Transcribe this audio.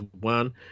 one